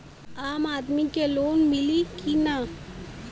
आम आदमी के लोन मिली कि ना?